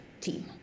team